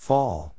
Fall